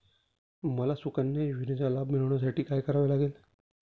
मला सुकन्या योजनेचा लाभ मिळवण्यासाठी काय करावे लागेल?